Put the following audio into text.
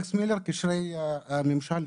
אלכס מילר מקשרי הממשל.